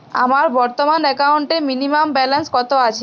আমার বর্তমান একাউন্টে মিনিমাম ব্যালেন্স কত আছে?